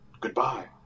goodbye